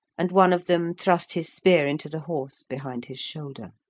and one of them thrust his spear into the horse behind his shoulder.